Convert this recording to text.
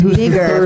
bigger